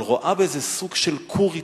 אבל רואה בזה סוג של כור היתוך,